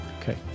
Okay